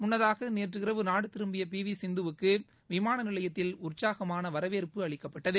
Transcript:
முன்னதாக நேற்றிரவு நாடு திரும்பிய பி வி சிந்தவுக்கு விமானநிலையத்தில் உற்சாகமான வரவேற்பு அளிக்கப்பட்டது